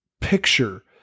picture